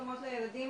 ומותאמות לילדים